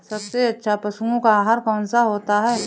सबसे अच्छा पशुओं का आहार कौन सा होता है?